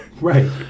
right